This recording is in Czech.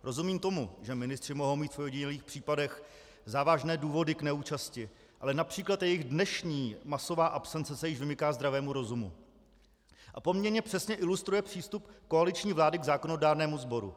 Rozumím tomu, že ministři mohou mít v ojedinělých případech závažné důvody k neúčasti, ale např. jejich dnešní masová absence se již vymyká zdravému rozumu a poměrně přesně ilustruje přístup koaliční vlády k zákonodárnému sboru.